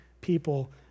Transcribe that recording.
people